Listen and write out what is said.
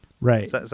Right